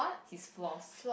his flaws